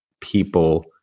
people